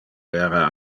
era